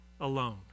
alone